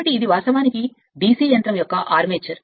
కాబట్టి ఇది వాస్తవానికి DC యంత్రం యొక్క ఆర్మేచర్